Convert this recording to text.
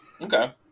Okay